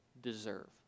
deserve